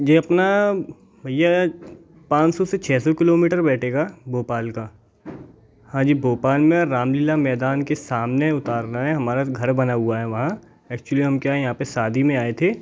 ये अपना भैया पाँच सौ से छः सौ किलोमीटर बैठेगा भोपाल का हाँ जी भोपाल में रामलीला मैदान के सामने उतारना है हमारा घर बना हुआ है वहाँ एक्चुअली हम क्या यहाँ पर शादी में आए थे